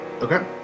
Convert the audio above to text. Okay